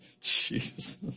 Jesus